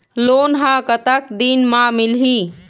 Loan ह कतक दिन मा मिलही?